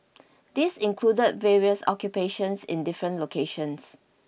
this included various occupations in different locations